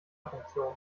funktion